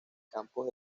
campos